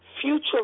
future